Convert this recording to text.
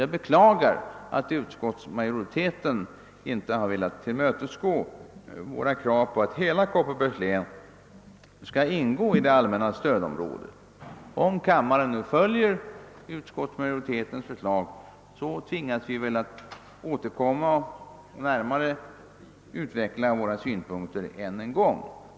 Jag beklagar att utskottsmajoriteten inte har velat tillmötesgå våra krav på att hela Kopparbergs län skall ingå i det allmänna stödområdet. Om kammaren nu följer utskottsmajoritetens förslag, tvingas vi väl återkomma och närmare utveckla våra synpunkter än en gång.